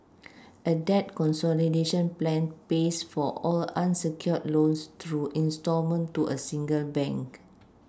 a debt consolidation plan pays for all unsecured loans through instalment to a single bank